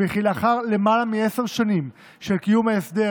וכי לאחר למעלה מעשר שנים של קיום ההסדר